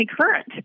current